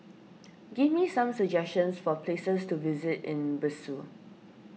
give me some suggestions for places to visit in Bissau